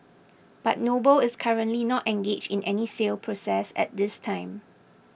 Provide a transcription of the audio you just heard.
but Noble is currently not engaged in any sale process at this time